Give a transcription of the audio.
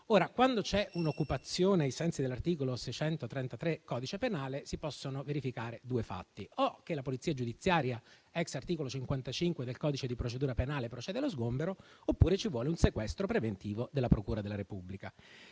sano. Quando c'è un'occupazione, ai sensi dell'articolo 633 del codice penale, si possono verificare due fatti: o la Polizia giudiziaria, *ex* articolo 55 del codice di procedura penale, procede allo sgombero, oppure ci vuole un sequestro preventivo della procura della Repubblica;